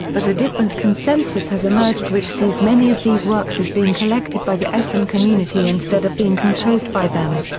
but a different consensus has emerged which sees many of these works as being collected by the essene community instead of being composed by them.